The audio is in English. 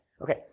Okay